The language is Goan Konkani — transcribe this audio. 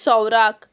सोवराक